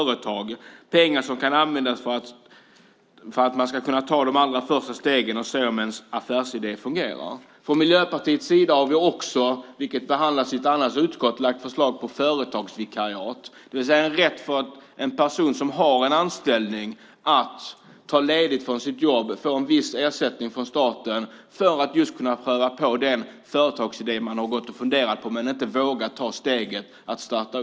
Det är pengar som kan användas för att man ska kunna ta de allra första stegen och se om ens affärsidé fungerar. Vi i Miljöpartiet har också, vilket behandlas i ett annat utskott, lagt fram förslag på företagsvikariat, det vill säga en rätt för en person som har en anställning att ta ledigt från sitt jobb och få en viss ersättning från staten för att kunna pröva på den företagsidé man gått och funderat på men inte vågat ta steget att starta.